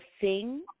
sing